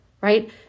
right